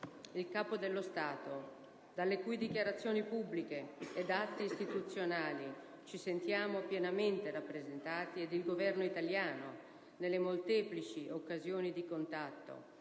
il Capo dello Stato, dalle cui dichiarazioni pubbliche e atti istituzionali il Paese si sente pienamente rappresentato, e il Governo italiano, nelle molteplici occasioni di contatto,